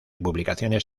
publicaciones